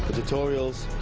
tutorials.